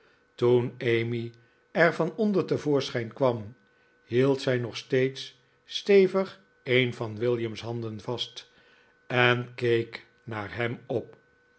toen emmy er van onder te voorschijn kwam hield zij nog steeds stevig een van williams handen vast en keek naar hem op